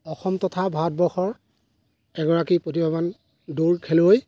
অসম তথা ভাৰতবৰ্ষৰ এগৰাকী প্ৰতিভাৱান দৌৰ খেলুৱৈ